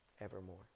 evermore